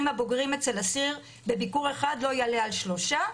הבוגרים אצל אסיר בביקור אחד לא יעלה על שלושה,